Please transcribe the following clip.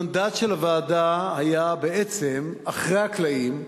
המנדט של הוועדה היה בעצם, מאחורי הקלעים,